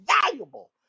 valuable